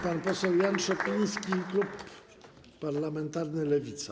Pan poseł Jan Szopiński, Klub Parlamentarny Lewica.